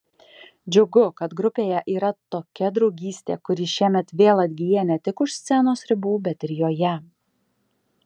džiugu kad grupėje yra tokia draugystė kuri šiemet vėl atgyja ne tik už scenos ribų bet ir joje